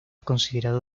considerado